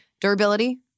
Durability